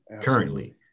currently